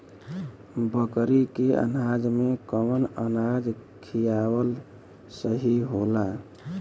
बकरी के अनाज में कवन अनाज खियावल सही होला?